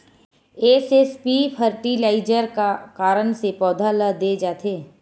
SSP fertiliser का कारण से पौधा ल दे जाथे?